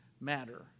matter